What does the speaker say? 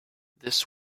this